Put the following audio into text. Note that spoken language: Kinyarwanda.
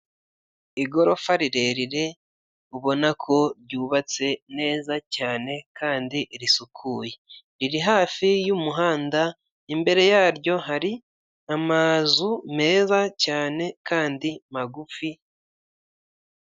Igorofa rirerire ubona ko ryubatse neza cyane kandi risukuye. Riri hafi y'umuhanda imbere yaryo hari amazu meza cyane kandi magufi.